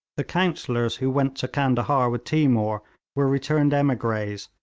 the counsellors who went to candahar with timour were returned emigres,